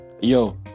Yo